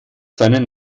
seinen